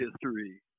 history